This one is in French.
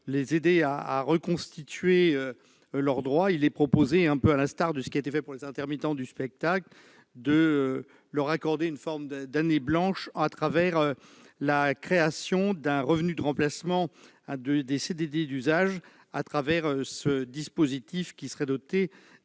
les aider à reconstituer leurs droits, il est proposé, à l'instar de ce qui a été fait pour les intermittents du spectacle, de leur accorder une sorte d'année blanche et de créer un revenu de remplacement des CDD d'usage. Le coût d'un tel dispositif s'élèverait à